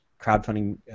crowdfunding